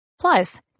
Plus